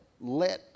let